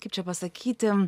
kaip čia pasakyti